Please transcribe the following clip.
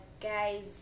guys